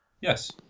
Yes